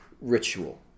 ritual